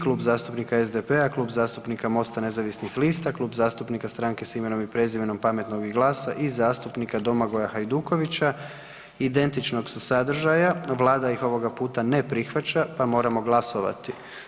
Klub zastupnika SDP-a, Klub zastupnika MOST-a nezavisnih lista, Klub zastupnika Stranke s imenom i prezimenom, Pametnog i GLAS-a i zastupnika Domagoja Hajdukovića identičnog su sadržaja, vlada ih ovoga puta ne prihvaća, pa moramo glasovati.